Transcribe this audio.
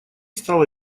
стало